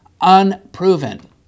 unproven